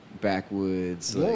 backwoods